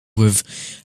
with